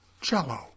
cello